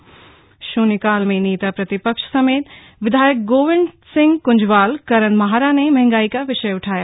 इसके बाद शून्यकाल में नेता प्रतिपक्ष समेत विधायक गोविंद सिंह कृंजवाल करन माहरा ने महंगाई का विषय उठाया